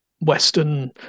Western